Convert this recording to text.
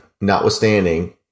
notwithstanding